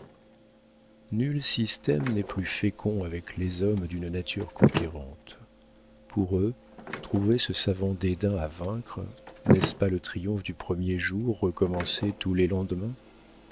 nul système n'est plus fécond avec les hommes d'une nature conquérante pour eux trouver ce savant dédain à vaincre n'est-ce pas le triomphe du premier jour recommencé tous les lendemains